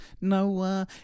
no